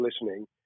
listening